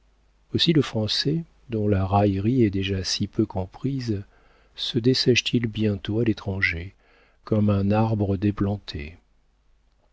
aussi le français dont la raillerie est déjà si peu comprise se dessèche t il bientôt à l'étranger comme un arbre déplanté